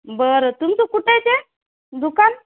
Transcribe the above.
बरं तुमचं कुठं आहे ते दुकान